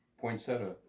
poinsettia